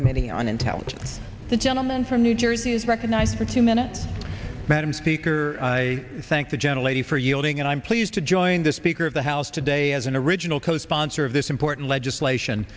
committee on intelligence the gentleman from new jersey is recognized for two minutes madam speaker i thank the general a d for yielding and i'm pleased to join the speaker of the house today as an original co sponsor of this important legislation